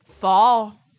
fall